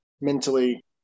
mentally